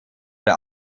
der